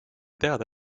teada